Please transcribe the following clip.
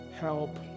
help